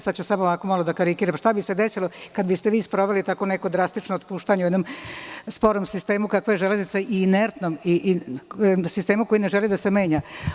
Sada ću samo malo da karikiram šta bi se desilo kada biste vi sproveli neko drastično otpuštanje u jednom sporom sistemu kakva je železnica, inertnom i sistemu koji ne želi da se menja.